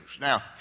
Now